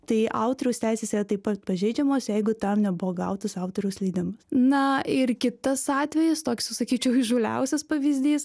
tai autoriaus teisės yra taip pat pažeidžiamos jeigu tam nebuvo gautas autoriaus leidimas na ir kitas atvejis toksai sakyčiau įžūliausias pavyzdys